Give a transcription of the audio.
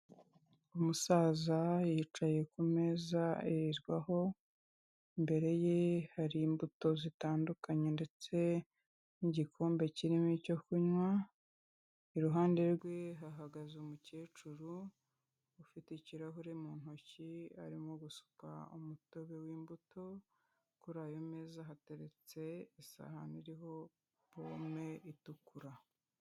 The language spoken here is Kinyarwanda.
Umusaza yicaye ku meza aririrwaho, imbere ye hari imbuto zitandukanye ndetse n'igikombe kirimo icyo kunywa, iruhande rwe hahagaze umukecuru, ufite ikirahure mu ntoki, arimo gusuka umutobe w'imbuto, kuri ayo meza hateretse isahani iriho pome itukura.